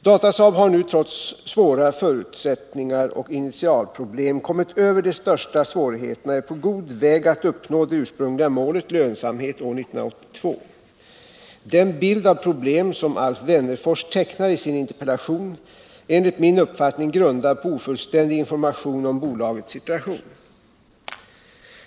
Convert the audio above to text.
Datasaab har nu trots svåra förutsättningar och initialproblem kommit över de största svårigheterna och är på god väg att uppnå det ursprungliga målet, lönsamhet år 1982. Den bild av problem som Alf Wennerfors tecknar i sin interpellation är enligt min uppfattning grundad på ofullständig information om bolagets situation.